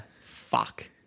Fuck